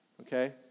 okay